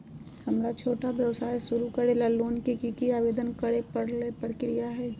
हमरा छोटा व्यवसाय शुरू करे ला के लोन के आवेदन करे ल का प्रक्रिया हई?